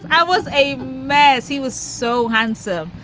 i was a mess he was so handsome.